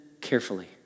carefully